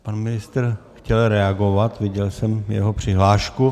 Pan ministr chtěl reagovat, viděl jsem jeho přihlášku.